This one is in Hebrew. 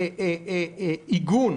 אסור שעיגון